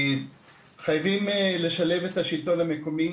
חייבים לשלב את השלטון המקומי.